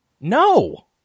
no